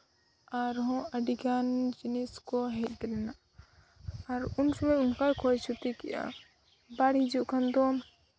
ᱟᱨᱦᱚᱸ ᱟᱹᱰᱤᱜᱟᱱ ᱡᱤᱱᱤᱥ ᱠᱚ ᱦᱮᱡ ᱨᱮᱱᱟᱜ ᱟᱨ ᱩᱱ ᱥᱚᱢᱚᱭ ᱚᱱᱠᱟᱭ ᱠᱷᱚᱭ ᱠᱷᱚᱛᱤ ᱠᱮᱜᱼᱟ ᱵᱟᱲ ᱦᱤᱡᱩᱜ ᱠᱷᱟᱱ ᱫᱚ